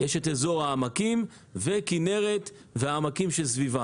יש את אזור העמקים וכנרת והעמקים שסביבה.